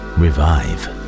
revive